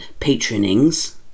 patronings